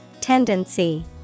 Tendency